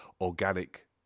organic